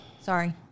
Sorry